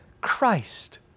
Christ